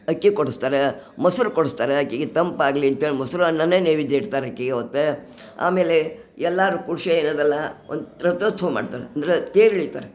ಅಕ್ಕಿ ಕೊಡ್ಸ್ತಾರೆ ಮೊಸರು ಕೊಡ್ಸ್ತಾರೆ ಆಕಿಗೆ ತಂಪಾಗ್ಲಿಂತೇಳಿ ಮೊಸರನ್ನನೆ ನೈವೇದ್ಯ ಇಡ್ತಾರೆ ಆಕಿಗ ಅವತ್ತ್ ಆಮೇಲೆ ಎಲ್ಲಾರು ಒಂದು ರಥೋತ್ಸವ ಮಾಡ್ತಾರೆ ಅಂದರೆ ತೇರು ಎಳಿತಾರೆ